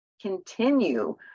continue